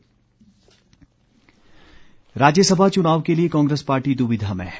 चुनाव राज्यसभा चुनाव के लिए कांग्रेस पार्टी दुविधा में है